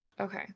Okay